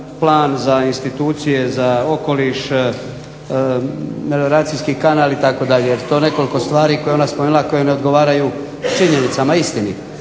plan, za institucije, za okoliš, melioracijski kanal itd. Jer je to nekoliko stvari koje je ona spomenula koje ne odgovaraju činjenicama, istini.